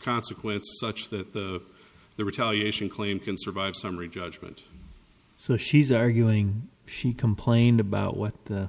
consequence such that the the retaliation claim can survive summary judgment so she's arguing she complained about what the